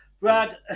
Brad